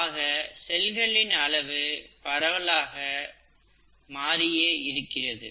ஆக செல்களின் அளவு பரவலாக மாறியே இருக்கிறது